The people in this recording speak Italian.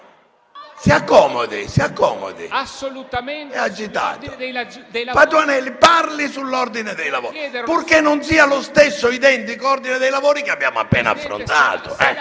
dei lavori? Si accomodi, è agitato. Intervenga sull'ordine dei lavori, purché non sia lo stesso identico ordine dei lavori che abbiamo appena affrontato.